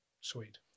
sweet